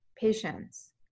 patience